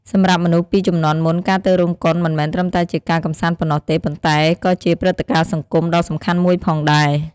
សម្រាប់មនុស្សពីជំនាន់មុន ការទៅរោងកុនមិនមែនត្រឹមតែជាការកម្សាន្តប៉ុណ្ណោះទេ ប៉ុន្តែក៏ជាព្រឹត្តិការណ៍សង្គមដ៏សំខាន់មួយផងដែរ ។